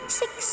six